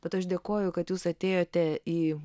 bet aš dėkoju kad jūs atėjote į